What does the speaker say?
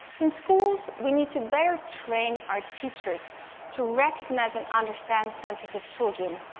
in schools, we need to better train our teachers to recognize and understand sensitive children.